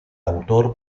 autor